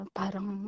parang